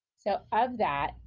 so of that,